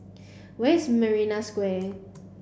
where is Marina Square